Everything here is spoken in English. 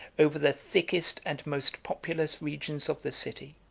over the thickest and most populous regions of the city.